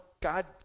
God